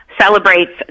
celebrates